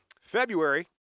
February